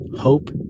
hope